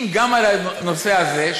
אם גם על הנושא הזה,